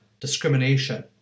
discrimination